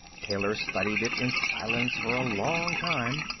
taylor studied it in silence for a long time.